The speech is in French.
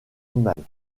animales